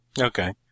Okay